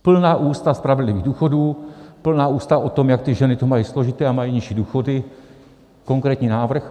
Plná ústa spravedlivých důchodů, plná ústa o tom, jak ty ženy to mají složité a mají nižší důchody konkrétní návrh?